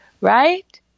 right